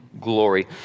glory